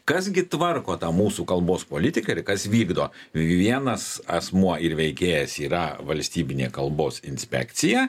kas gi tvarko tą mūsų kalbos politiką ir kas vykdo vienas asmuo ir veikėjas yra valstybinė kalbos inspekcija